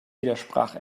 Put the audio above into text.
widersprach